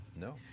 No